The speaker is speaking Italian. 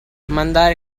mandare